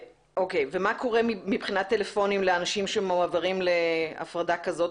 קורה מבחינת טלפונים לאנשים שמועברים להפרדה כזאת,